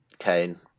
Kane